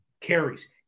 carries